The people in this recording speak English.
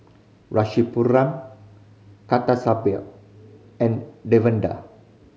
Rasipuram Kasturba and Davinder